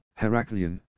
Heraklion